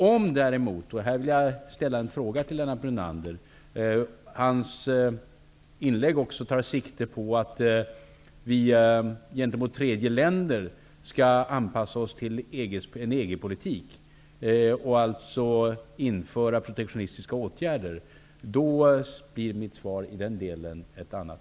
Om däremot, och här vill jag ställa en fråga til Lennart Brunander, hans inlägg också tar sikte på att vi gentemot tredje land skall anpassa oss till en EG-politik, och alltså införa protektionistiska åtgärder, blir mitt svar i den delen ett annat.